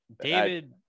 David